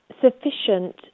sufficient